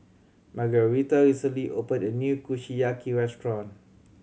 Margueritta recently opened a new Kushiyaki restaurant